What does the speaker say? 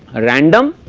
random